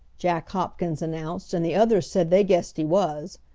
jack hopkins announced, and the others said they guessed he was.